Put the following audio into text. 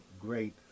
great